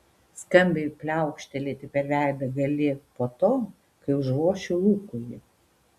skambiai pliaukštelėti per veidą gali po to kai užvošiu lukui